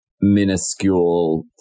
minuscule